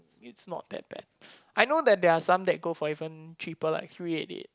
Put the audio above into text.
it's not that bad I know that there are some that go for ever cheaper like three eighty eight